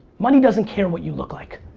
money doesn't care what you look like.